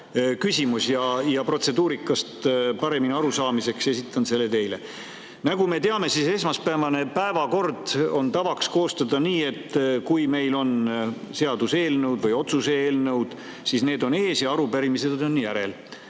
küsimus, protseduurikast paremini aru saamiseks esitan selle teile. Nagu me teame, esmaspäevane päevakord on tavaks koostada nii, et kui meil on seaduseelnõud või otsuse eelnõud, siis need on ees ja arupärimised on järel.